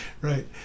right